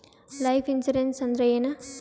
Life insurance ಅಂದ್ರ ಏನ?